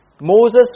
Moses